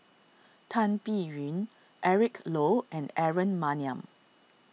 Tan Biyun Eric Low and Aaron Maniam